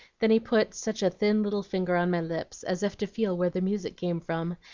then he put such a thin little finger on my lips as if to feel where the music came from,